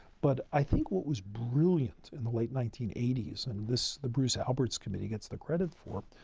but i think what was brilliant in the late nineteen eighty s and this, the bruce alberts committee gets the credit for,